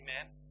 Amen